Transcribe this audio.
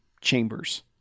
chambers